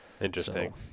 Interesting